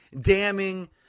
damning